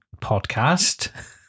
podcast